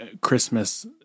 Christmas